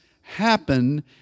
happen